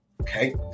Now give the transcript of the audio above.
Okay